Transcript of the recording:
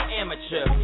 amateur